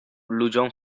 ludziom